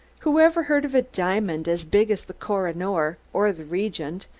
whoever heard of a diamond as big as the koh-i-noor, or the regent,